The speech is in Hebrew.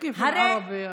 (אומר בערבית: